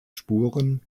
spuren